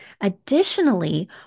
Additionally